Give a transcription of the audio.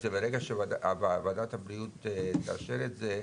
ברגע שוועדת הבריאות תאשר את זה,